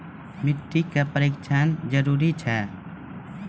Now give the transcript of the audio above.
मिट्टी का परिक्षण जरुरी है?